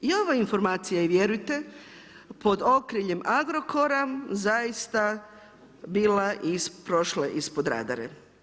I ova informacija je vjerujete pod okriljem Agrokora zaista bila i prošla ispod radara.